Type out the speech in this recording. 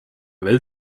veel